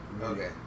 Okay